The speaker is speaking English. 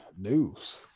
News